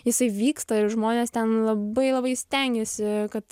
jisai vyksta ir žmonės ten labai labai stengiasi kad